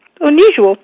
unusual